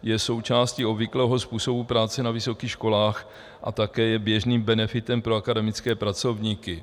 Je součástí obvyklého způsobu práce na vysokých školách a také je běžným benefitem pro akademické pracovníky.